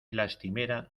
lastimera